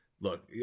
look